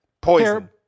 Poison